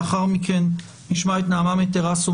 לאחר מכן נשמע את נעמה מטרסו,